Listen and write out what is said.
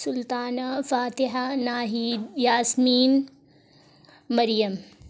Sultana Fatiha Nahid Yasmin Maryam